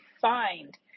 find